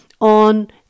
on